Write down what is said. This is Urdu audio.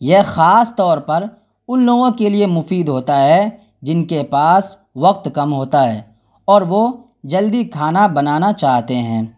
یہ خاص طور پر ان لوگوں کے لیے مفید ہوتا ہے جن کے پاس وقت کم ہوتا ہے اور وہ جلدی کھانا بنانا چاہتے ہیں